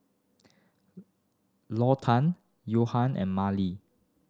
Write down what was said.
Lawton and Marlee